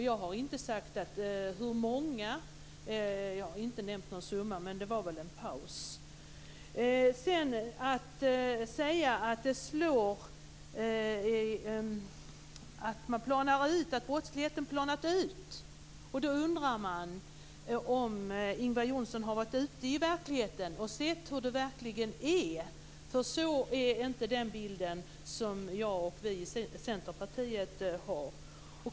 Jag har inte sagt hur många, inte nämnt någon summa, men det var väl under en paus. När Ingvar Johnsson sedan säger att brottsligheten har planat ut undrar man om han har varit ute i verkligheten och sett hur det verkligen är. Så är inte den bild som jag och vi i Centerpartiet har.